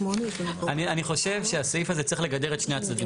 אני חושב שהסעיף הזה צריך לגדר את שני הצדדים,